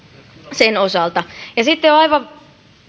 sen osalta sitten on aivan